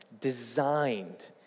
designed